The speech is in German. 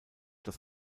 das